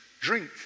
drink